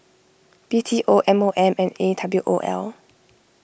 B T O M O M and A W O L